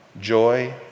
joy